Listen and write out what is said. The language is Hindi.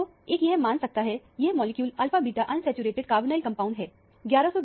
तो एक यह मान सकता है यह molecule alpha beta unsaturated carbonyl compounds है